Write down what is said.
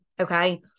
Okay